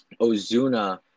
Ozuna